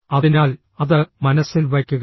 അതിനാൽ അത് മനസ്സിൽ വയ്ക്കുക